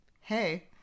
Hey